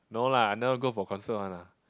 no lah I never go for concert one lah